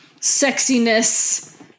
sexiness